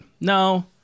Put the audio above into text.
No